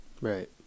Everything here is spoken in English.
Right